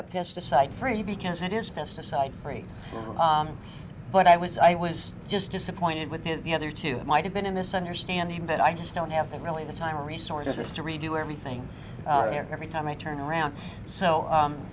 up pesticide free because it is pesticide free but i was i was just disappointed with the other two might have been a misunderstanding but i just don't have that really the time or resources to redo everything every time i turn around so